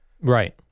Right